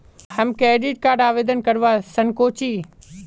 हम credit card आवेदन करवा संकोची?